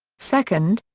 second,